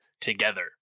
together